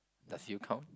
does you count